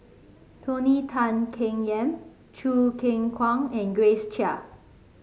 Tony Tan Keng Yam Choo Keng Kwang and Grace Chia